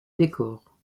décor